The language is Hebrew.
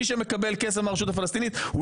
מי שמקבל כסף מהרשות הפלסטינית הוא